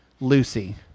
Lucy